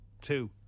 two